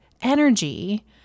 energy